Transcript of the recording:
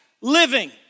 living